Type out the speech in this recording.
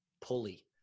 pulley